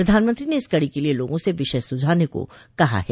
प्रधानमंत्री ने इस कडो के लिए लोगों से विषय सुझान को कहा है